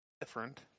different